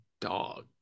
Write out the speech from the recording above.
dog